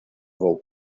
вӑл